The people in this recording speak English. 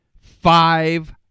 Five